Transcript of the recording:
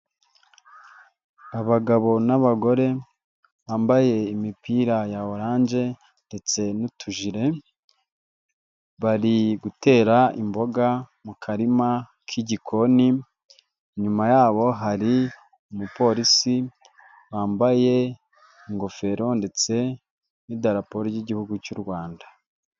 Abagabo n'abagore bambaye imipira ya orange ndetse n'utujire, bari gutera imboga mu karima k'igikoni inyuma yabo hari umupolisi wambaye ingofero ndetse n'idarapo ry'igihugu cy'u Rwanda.